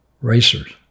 racers